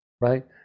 right